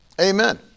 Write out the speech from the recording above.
Amen